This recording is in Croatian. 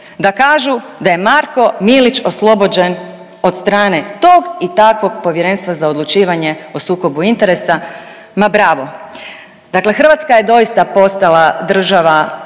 da kažu da je Marko Milić oslobođen od strane tog i takvog Povjerenstva za odlučivanje o sukobu interesa. Ma bravo. Dakle, Hrvatska je doista postala država